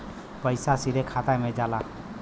पइसा सीधे खाता में जाला